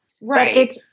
Right